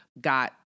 got